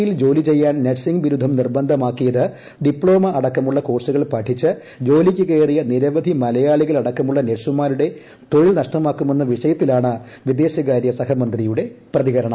യിൽ ജോലി ചെയ്യാൻ ന്ദ്ധ്യിംഗ് ബിരുദം നിർബന്ധമാക്കിയത് ഡിപ്ലോമ അടക്കമുള്ള കോഴ്സുകൾ പഠിച്ച് ജോലിക്ക് കയറിയ നിരവധി മലയാളികളടക്കമുള്ള നഴ്സുമാരുടെ തൊഴിൽ നഷ്ടമാക്കുമെന്ന വിഷയത്തിലാണ് വിദേശകാര്യ സഹമന്ത്രിയുടെ പ്രതികരണം